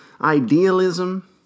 idealism